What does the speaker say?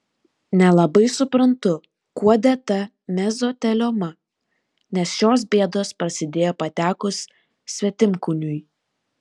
nelabai suprantu kuo dėta mezotelioma nes šios bėdos prasidėjo patekus svetimkūniui